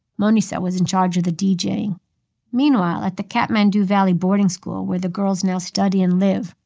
manisha was in charge of the deejaying meanwhile, at the kathmandu valley boarding school, where the girls now study and live,